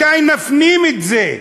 מתי נפנים את זה?